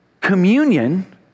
Communion